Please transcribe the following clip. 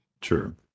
True